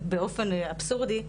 באופן אבסורדי,